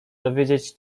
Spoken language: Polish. dowiedzieć